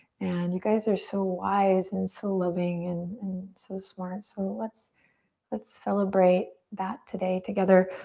and you guys are so wise and so loving and and so smart so let's let's celebrate that today together.